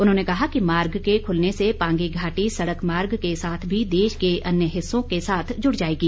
उन्होंने कहा कि मार्ग के खुलने से पांगी घाटी सड़क मार्ग के साथ भी देश के अन्य हिस्सों के साथ जुड़ जाएगी